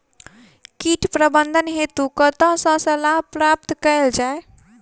कीट प्रबंधन हेतु कतह सऽ सलाह प्राप्त कैल जाय?